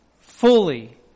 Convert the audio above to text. fully